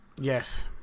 Yes